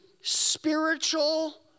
spiritual